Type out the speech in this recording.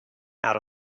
out